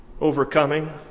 overcoming